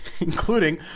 including